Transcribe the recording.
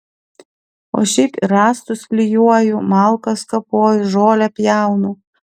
o šiaip ir rąstus klijuoju malkas kapoju žolę pjaunu